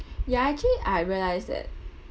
ya actually I realised that